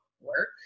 work